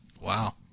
Wow